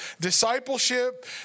Discipleship